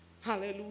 Hallelujah